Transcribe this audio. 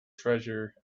treasure